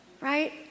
Right